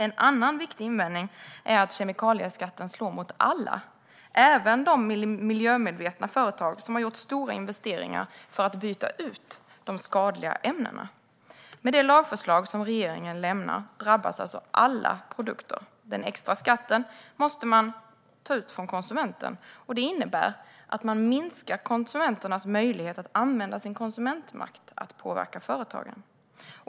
En annan viktig invändning är att kemikalieskatten slår mot alla och även de miljömedvetna företag som har gjort stora investeringar för att byta ut de skadliga ämnena. Med det lagförslag som regeringen lämnat drabbas alla produkter. Den extra skatten måste man ta ut från konsumenten. Det innebär att man minskar konsumentens möjlighet att använda sin konsumentmakt till att påverka företagen.